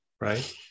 Right